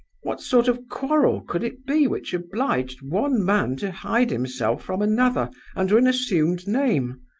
what sort of quarrel could it be which obliged one man to hide himself from another under an assumed name,